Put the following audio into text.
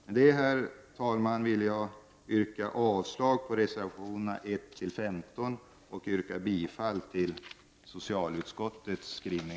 Med det, herr talman, vill jag yrka avslag på reservationerna 1—-15 och bifall till socialutskottets hemställan.